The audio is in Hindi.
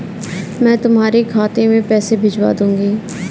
मैं तुम्हारे खाते में पैसे भिजवा दूँगी